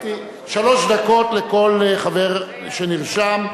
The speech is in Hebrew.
שלוש דקות לכל חבר שנרשם.